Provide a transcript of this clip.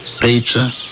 Pizza